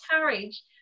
courage